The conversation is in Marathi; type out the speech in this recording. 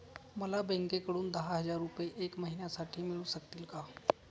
मला बँकेकडून दहा हजार रुपये एक महिन्यांसाठी मिळू शकतील का?